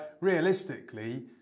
realistically